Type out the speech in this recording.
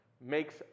makes